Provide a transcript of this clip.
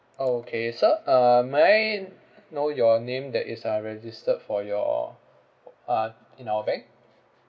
okay sir uh may I know your name that is uh registered for your uh in our bank